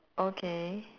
okay